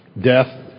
Death